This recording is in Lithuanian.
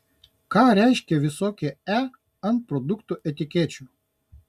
ką reiškia visokie e ant produktų etikečių